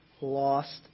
lost